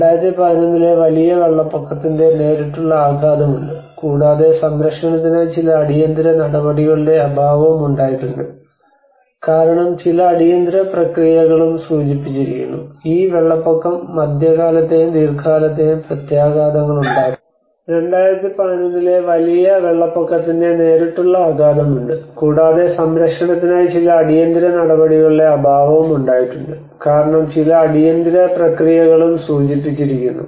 2011 ലെ വലിയ വെള്ളപ്പൊക്കത്തിന്റെ നേരിട്ടുള്ള ആഘാതം ഉണ്ട് കൂടാതെ സംരക്ഷണത്തിനായി ചില അടിയന്തിര നടപടികളുടെ അഭാവവും ഉണ്ടായിട്ടുണ്ട് കാരണം ചില അടിയന്തിര പ്രക്രിയകളും സൂചിപ്പിച്ചിരിക്കുന്നു